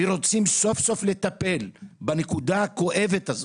ורוצים סוף-סוף לטפל בנקודה הכואבת הזאת.